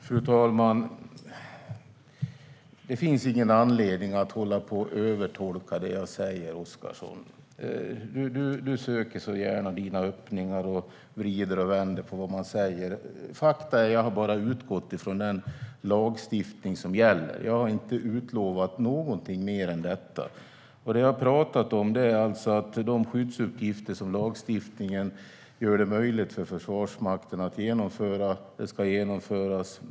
Fru talman! Det finns ingen anledning att hålla på och övertolka det jag säger, Oscarsson. Du söker så gärna dina öppningar och vrider och vänder på vad jag säger. Faktum är att jag bara har utgått från den lagstiftning som gäller. Jag har inte utlovat någonting mer än detta. Det jag har talat om är att de skyddsuppgifter lagstiftningen gör det möjligt för Försvarsmakten att genomföra ska genomföras.